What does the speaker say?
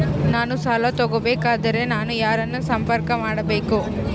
ನಾನು ಸಾಲ ತಗೋಬೇಕಾದರೆ ನಾನು ಯಾರನ್ನು ಸಂಪರ್ಕ ಮಾಡಬೇಕು?